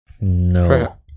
No